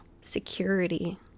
security